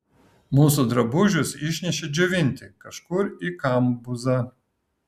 mūsų drabužius išnešė džiovinti kažkur į kambuzą